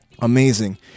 Amazing